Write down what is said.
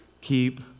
Keep